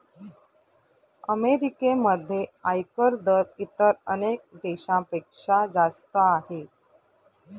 अमेरिकेमध्ये आयकर दर इतर अनेक देशांपेक्षा जास्त आहे